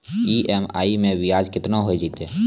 EMI मैं ब्याज केतना हो जयतै?